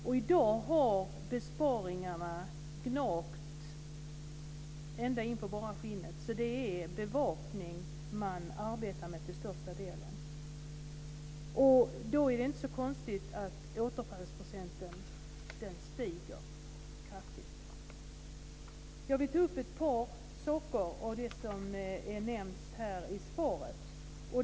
I dag har besparingarna gnagt ända in på bara skinnet. Det är till största delen bevakning man arbetar med. Då är det inte så konstigt att återfallsprocenten stiger kraftigt. Jag vill ta upp ett par saker av det som nämns i svaret.